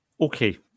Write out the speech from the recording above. Okay